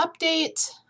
update